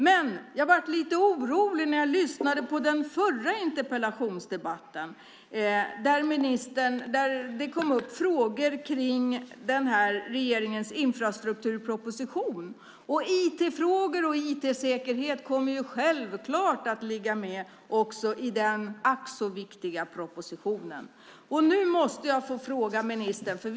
Men jag blev lite orolig när jag lyssnade på den förra interpellationsdebatten, där det kom upp frågor kring regeringens infrastrukturproposition. IT-frågor och IT-säkerhet kommer självklart att ligga med också i den ack så viktiga propositionen. Nu måste jag få fråga ministern en sak.